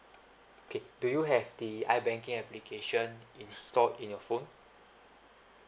okay do you have the i banking application installed in your phone